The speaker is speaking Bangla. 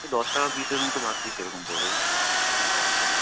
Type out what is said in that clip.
ওই দশ টাকা পিসের মতো পার পিস এরকম পড়বে দশ করে